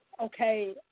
okay